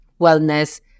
wellness